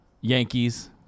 Yankees